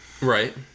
Right